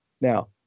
Now